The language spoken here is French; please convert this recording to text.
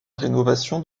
rénovation